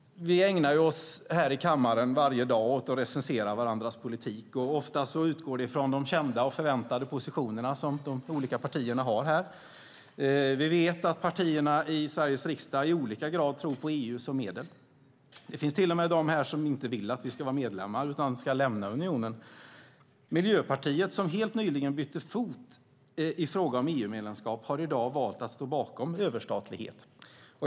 Vi ägnar oss här i kammaren åt att recensera varandras politik, och oftast utgår vi ifrån de kända och förväntade positioner som de olika partierna har. Vi vet att partierna i Sveriges riksdag i olika grad tror på EU som medel. Det finns till och med de som inte vill att vi ska vara medlem utan ska lämna unionen. Miljöpartiet, som helt nyligen bytte fot i fråga om EU-medlemskap, har i dag valt att stå bakom överstatlighet.